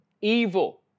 evil